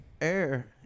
air